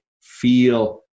feel